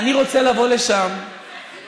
אני רוצה לבוא לשם בדיוק,